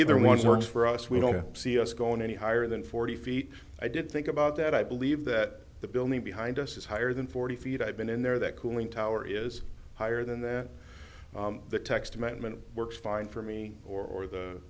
either want to work for us we don't see us going any higher than forty feet i did think about that i believe that the building behind us is higher than forty feet i've been in there that cooling tower is higher than that the text amendment works fine for me or